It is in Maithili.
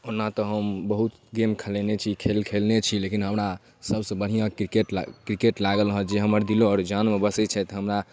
ओना तऽ हम बहुत गेम खेलेने छी खेल खेलने छी लेकिन हमरा सबसँ बढ़िआँ किर किरकेट लागल जे हमर दिल ओ जानमे बसै छथि हमरा